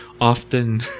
often